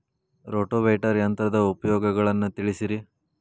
rotavator ಯಂತ್ರದ ಉಪಯೋಗಗಳನ್ನ ತಿಳಿಸಿರಿ